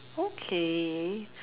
okay